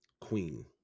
Queen